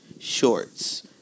shorts